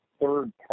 third